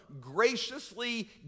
graciously